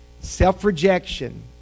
self-rejection